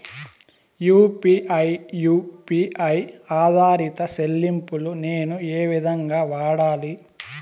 UPI U P I ఆధారిత చెల్లింపులు నేను ఏ విధంగా వాడాలి?